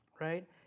right